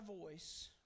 voice